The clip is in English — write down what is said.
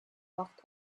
walked